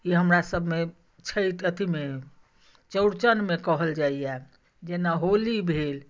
ई हमरासभमे छठि अथीमे चौड़चनमे कहल जाइए जेना होली भेल